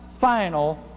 final